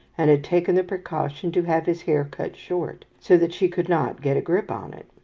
and had taken the precaution to have his hair cut short, so that she could not get a grip on it.